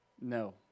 No